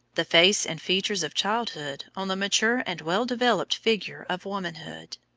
the face and features of childhood on the mature and well-developed figure of womanhood.